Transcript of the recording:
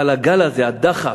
אבל הגל הזה, הדחף,